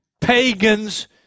pagans